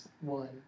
one